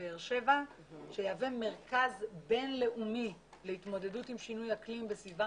בבאר שבע שיהווה מרכז בין-לאומי להתמודדות עם שינוי אקלים בסביבה